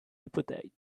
appetite